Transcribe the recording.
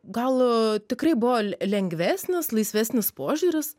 gal tikrai buvo le lengvesnis laisvesnis požiūris